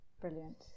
brilliant